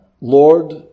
Lord